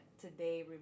today